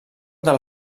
del